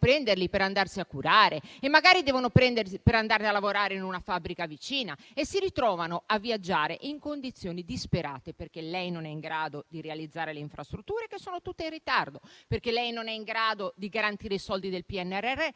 prenderli per andarsi a curare o per andare a lavorare in una fabbrica vicina, e si ritrovano a viaggiare in condizioni disperate perché lei non è in grado di realizzare le infrastrutture che sono tutte in ritardo, perché lei non è in grado di garantire i soldi del PNRR.